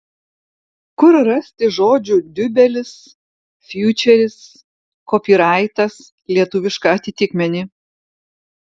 kur rasti žodžių diubelis fjučeris kopyraitas lietuvišką atitikmenį